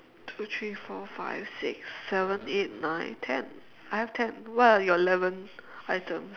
two three four five six seven eight nine ten I have ten what are your eleventh item